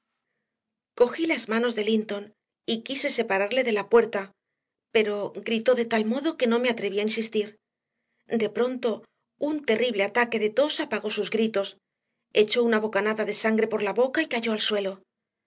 cogí las manos de linton y quise separarle de la puerta pero gritó de tal modo que no me atreví a insistir de pronto un terrible ataque de tos apagó sus gritos echó una bocanada de sangre por la boca y cayó al suelo